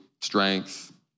strength